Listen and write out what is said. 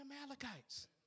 Amalekites